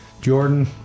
jordan